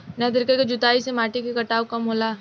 नया तरीका के जुताई से माटी के कटाव कम होला